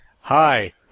Hi